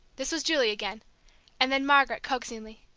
this was julie again and then margaret, coaxingly,